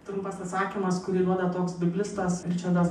trumpas atsakymas kurį duoda toks biblistas ričardas